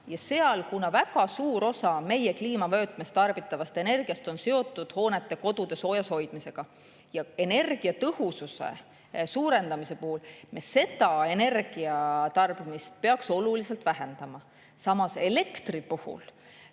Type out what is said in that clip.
Kuna väga suur osa meie kliimavöötmes tarbitavast energiast on seotud hoonete, kodude soojuse hoidmisega, siis energiatõhususe suurendamise puhul me seda energiatarbimist peaks oluliselt vähendama. Samas olen ma nõus,